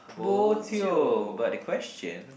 bo jio but the question